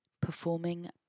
performing